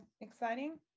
exciting